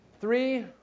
Three